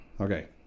okay